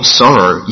sorrow